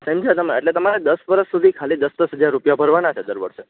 સમઝયા તમે એટલે તમારે દસ વરસ સુધી ખાલી દસ દસ હજાર રૂપિયા ભરવાના છે દર વર્ષે